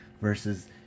versus